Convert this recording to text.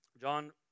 john